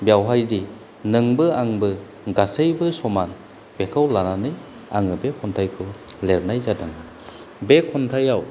बेयावहाय दि नोंबो आंबो गासैबो समान बेखौ लानानै आङो बे खन्थाइखौ लिरनाय जादों बे खन्थायाव